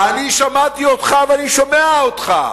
שומע את, אני שמעתי אותך ואני שומע אותך.